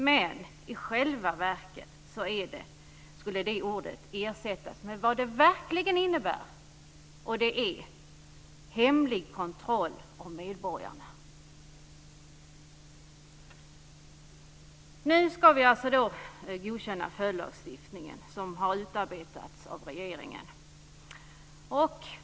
Men i själva verket skulle de orden ersättas med vad de verkligen innebär, och det är hemlig kontroll av medborgarna. Nu ska vi alltså godkänna en följdlagstiftning som har utarbetats av regeringen.